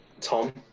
Tom